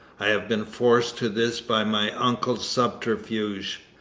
i have been forced to this by my uncle's subterfuge.